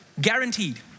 guaranteed